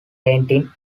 painted